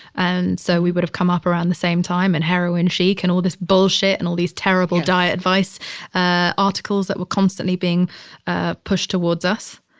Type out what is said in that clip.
and so we would have come up around the same time. and heroine chic and all this bullshit and all these terrible diet advice ah articles that were constantly being ah pushed towards us